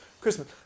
Christmas